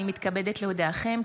אני מתכבדת להודיעכם,